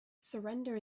surrender